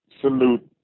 salute